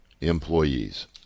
Employees